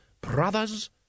brothers